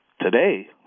Today